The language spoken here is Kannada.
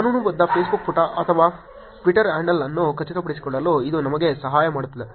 ಕಾನೂನುಬದ್ಧ Facebook ಪುಟ ಅಥವಾ Twitter ಹ್ಯಾಂಡಲ್ ಅನ್ನು ಖಚಿತಪಡಿಸಲು ಇದು ನಮಗೆ ಸಹಾಯ ಮಾಡುತ್ತದೆ